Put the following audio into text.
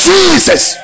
Jesus